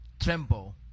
tremble